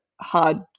hard